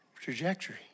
trajectory